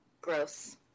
Gross